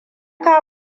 ka